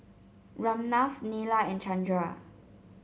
Ramnath Neila and Chandra